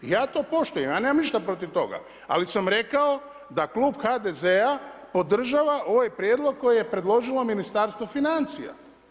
Ja to poštujem, ja nemam ništa protiv toga, ali sam rekao da klub HDZ-a podržava ovaj prijedlog koji je predložilo Ministarstvo financija.